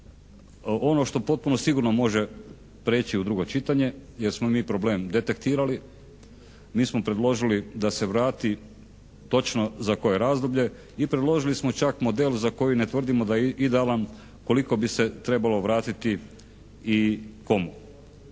ono što potpuno sigurno može prijeći u drugo čitanje jer smo mi problem detektirali. Mi smo predložili da se vrati točno za koje razdoblje i predložili smo čak model za koji ne tvrdimo da je idealan koliko bi se trebalo vratiti i komu.